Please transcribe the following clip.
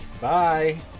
Bye